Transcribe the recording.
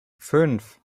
fünf